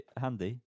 handy